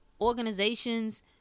organizations